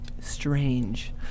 strange